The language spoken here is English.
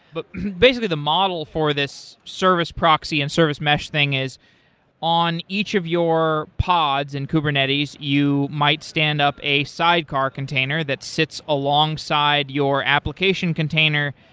but basically the model for this service proxy and service mesh thing is on each of your pods in kubernetes you might stand up a sidecar container that sits alongside your application container,